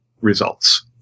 results